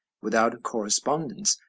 without correspondence,